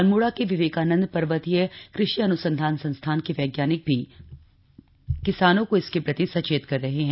अल्मोड़ा के विवेकानंद पर्वतीय कृषि अन्संधान संस्थान के वैज्ञानिक भी किसानों को इसके प्रति सचेत कर रहे हैं